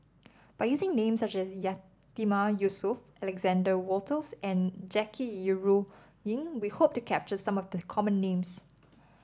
by using names such as Yatiman Yusof Alexander Wolters and Jackie Yi Ru Ying we hope to capture some of the common names